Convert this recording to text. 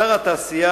שר התעשייה,